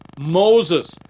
Moses